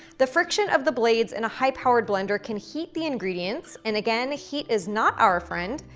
the friction of the blades in a high powered blender can heat the ingredients. and again heat is not our friend,